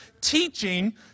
teaching